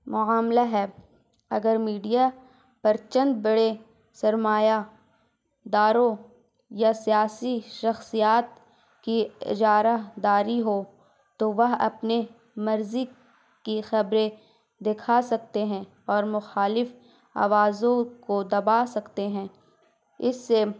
معاملہ ہے اگر میڈیا پر چند بڑے سرمایہ داروں یا سیاسی شخصیات کی اجارہ داری ہو تو وہ اپنے مرضی کی خبریں دکھا سکتے ہیں اور مخالف آوازوں کو دبا سکتے ہیں اس سے